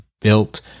built